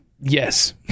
yes